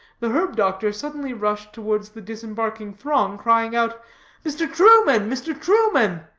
the herb-doctor suddenly rushed towards the disembarking throng, crying out mr. truman, mr. truman!